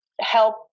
help